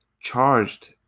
charged